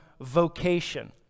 vocation